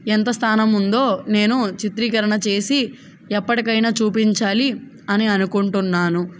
ఎంత స్థానం ఉందో నేను చిత్రీకరణ చేసి ఎప్పటికైనా చూపించాలి అని అనుకుంటున్నాను